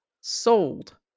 sold